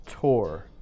tour